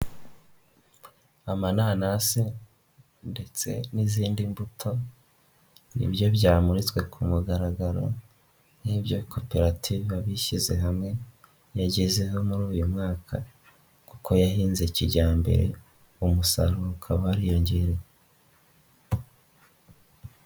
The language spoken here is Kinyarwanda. Amananasi ndetse n'izindi mbuto, ni nibyo byamuritswe ku mugaragaro, ni ibyo koperative Abishyize hamwe yagezeho muri uyu mwaka kuko yahinze kijyambere, umusaruro ukaba wariyongereye.